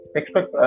expect